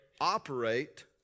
operate